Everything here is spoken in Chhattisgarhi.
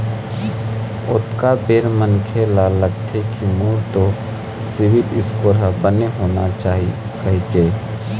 ओतका बेर मनखे ल लगथे के मोर तो सिविल स्कोर ह बने होना चाही कहिके